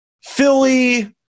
Philly